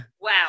Wow